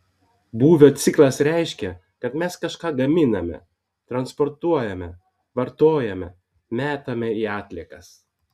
būvio ciklas reiškia kad mes kažką gaminame transportuojame vartojame metame į atliekas